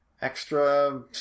extra